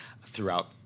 throughout